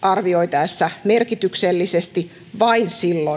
arvioitaessa merkitykselliseksi vain silloin kun